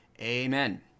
amen